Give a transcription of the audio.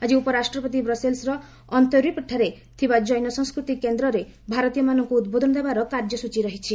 ଆଜି ଉପରାଷ୍ଟ୍ରପତି ବ୍ରସେଲ୍ସର ଅନ୍ତ୍ରରିପ୍ଠାରେ ଥିବା ଜେନ ସାଂସ୍କୃତି କେନ୍ଦ୍ରଠରେ ଭାରତୀୟମାନଙ୍କୁ ଉଦ୍ବୋଧନ ଦେବାର କାର୍ଯ୍ୟସ୍ଟଚୀ ରହିଛି